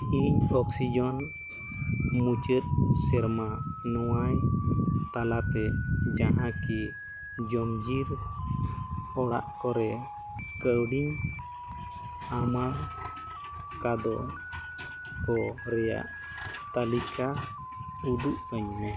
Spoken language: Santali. ᱤᱧ ᱢᱩᱪᱟᱹᱫ ᱥᱮᱨᱢᱟ ᱱᱚᱣᱟ ᱛᱟᱞᱟᱛᱮ ᱡᱟᱦᱟᱸ ᱠᱤ ᱡᱚᱢᱡᱤᱨ ᱚᱲᱟᱜ ᱠᱚᱨᱮ ᱠᱟᱹᱣᱰᱤᱧ ᱦᱟᱢᱟᱣ ᱚᱠᱟᱫᱚ ᱠᱚ ᱨᱮᱭᱟᱜ ᱛᱟᱹᱞᱤᱠᱟ ᱩᱫᱩᱜ ᱟᱹᱧ ᱢᱮ